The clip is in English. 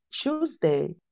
Tuesday